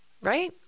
right